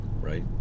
right